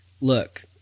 look